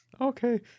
okay